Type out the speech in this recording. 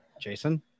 Jason